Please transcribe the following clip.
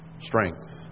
strength